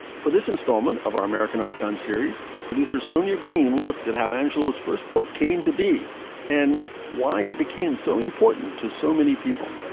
for this installment of our american icon series, producer sonia green looks at how angelo's first book came to be and why it became so important to so many people